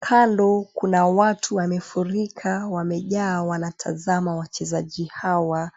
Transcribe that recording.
Kando kuna watu wamefurika wamejaa wanatazama wachezaji hawa .